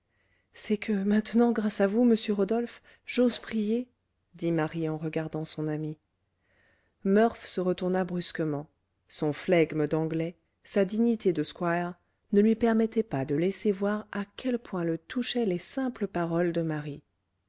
c'est que maintenant grâce à vous monsieur rodolphe j'ose prier dit marie en regardant son ami murph se retourna brusquement son flegme d'anglais sa dignité de squire ne lui permettaient pas de laisser voir à quel point le touchaient les simples paroles de marie